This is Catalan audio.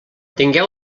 tingueu